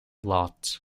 lot